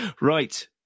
Right